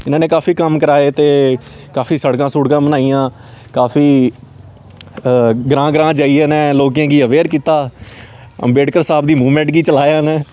इना ने काफी कम्म कराए ते काफी सड़कां सुड़कां बनाइयां काफी ग्रांऽ ग्रांऽ जाइयै इ'नें लोकें गी अवेयर कीता अम्बेडकर साह्ब दी मूवमेंट गी चलाया उ'नें